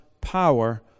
power